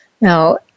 Now